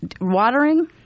Watering